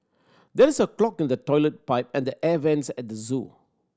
there is a clog in the toilet pipe and the air vents at the zoo